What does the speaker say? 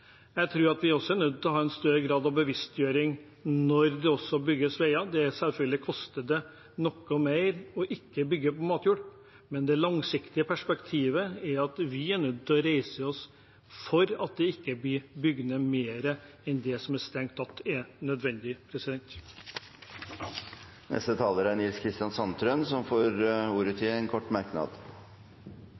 vi også er nødt til å ha en større grad av bevisstgjøring når det bygges veier. Selvfølgelig koster det noe mer ikke å bygge på matjord, men det langsiktige perspektivet er at vi er nødt til å reise oss for at det ikke blir bygd ned mer enn det som strengt tatt er nødvendig. Representanten Nils Kristen Sandtrøen har hatt ordet to ganger tidligere og får ordet til en kort merknad,